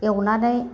एवनानै